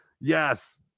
Yes